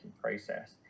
process